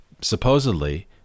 supposedly